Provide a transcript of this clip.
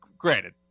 Granted